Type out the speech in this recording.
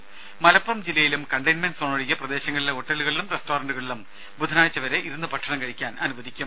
ദേദ മലപ്പുറം ജില്ലയിൽ containment zone ഒഴികെ പ്രദേശങ്ങളിലെ ഹോട്ടലുകളിലും റസ്റ്റോറന്റുകളിലും ബുധനാഴ്ച വരെ ഇരുന്ന് ഭക്ഷണം കഴിക്കാൻ അനുവദിക്കും